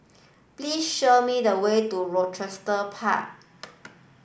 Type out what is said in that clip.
please show me the way to Rochester Park